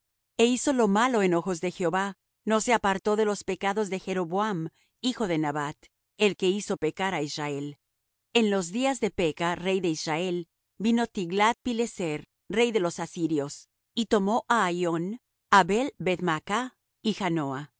e hizo lo malo en ojos de jehová no se apartó de los pecados de jeroboam hijo de nabat el que hizo pecar á israel en los días de peka rey de israel vino tiglath pileser rey de los asirios y tomó á ahión abel beth maach y janoa